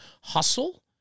hustle